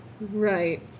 Right